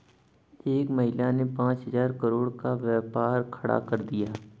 एक महिला ने पांच हजार करोड़ का व्यापार खड़ा कर दिया